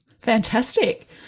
Fantastic